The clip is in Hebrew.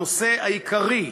הנושא העיקרי,